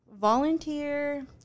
volunteer